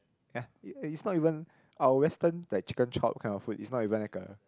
ya and is not even our Western like chicken chop kind of food is not even like a